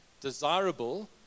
desirable